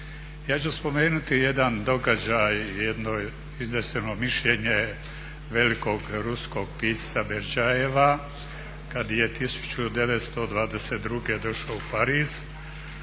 Ja ću spomenuti jedan događaj, jedno izneseno mišljenje velikog ruskog pisca Berdjajeva kada je 1922. došao u Pariz